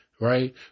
right